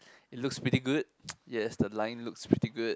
it looks pretty good yes the line looks pretty good